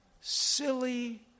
silly